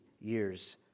years